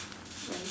bye